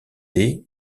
des